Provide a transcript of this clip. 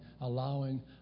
allowing